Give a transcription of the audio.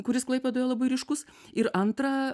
kuris klaipėdoje labai ryškus ir antra